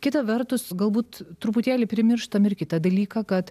kita vertus galbūt truputėlį primirštam ir kitą dalyką kad